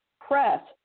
press